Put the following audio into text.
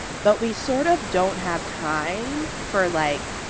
but we sort of don't have time for, like,